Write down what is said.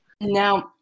Now